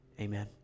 amen